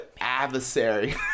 adversary